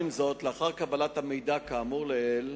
עם זאת, לאחר קבלת המידע כאמור לעיל,